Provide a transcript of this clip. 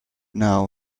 know